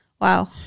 Wow